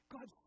God